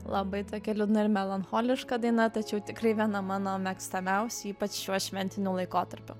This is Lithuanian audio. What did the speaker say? labai tokia liūdna ir melancholiška daina tačiau tikrai viena mano mėgstamiausių ypač šiuo šventiniu laikotarpiu